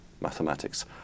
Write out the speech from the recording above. mathematics